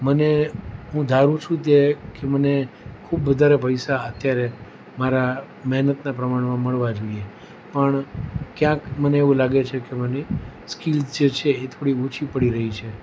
મને હું ધારું છું તે કે મને ખૂબ વધારે પૈસા અત્યારે મારા મહેનતના પ્રમાણમાં મળવા જોઈએ પણ ક્યાંક મને એવું લાગે છે કે મને સ્કિલ જે છે એ થોડી ઓછી પડી રહી છે